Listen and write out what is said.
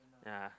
yeah